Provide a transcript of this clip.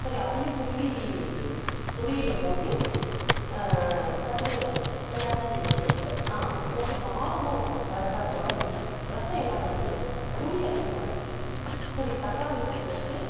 சரி அதையும் துருவி பொரியலில் போட்டு டக்குன்னு கிளறி எடுத்து வச்சுட்டேன் இப்போது வந்து காரமும் கரெக்டாக குறைஞ்சிடுச்சி ரசம் என்ன பண்ணுறது புளி அதிகமாகிடுச்சி சரி தக்காளி ரெண்டு எடுத்து